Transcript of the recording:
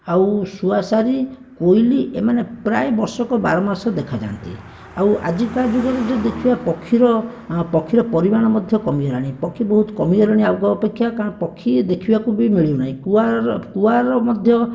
ଆଉ ଶୁଆସାରି କୋଇଲି ଏମାନେ ପ୍ରାୟ ବର୍ଷକ ବାର ମାସ ଦେଖା ଯାଆନ୍ତି ଆଉ ଯଦି ଆଜିକା ଜୁଗରେ ଦେଖିବା ପକ୍ଷୀର ପକ୍ଷୀର ପରିମାଣ ମଧ୍ୟ କମିଗଲାଣି ପକ୍ଷୀ ବହୁତ କମିଗଲେଣି ଆଗ ଅପେକ୍ଷା କାରଣ ପକ୍ଷୀ ଦେଖିବାକୁ ବି ମିଳୁନାହିଁ କୁଆର କୁଆର ମଧ୍ୟ